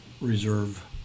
reserve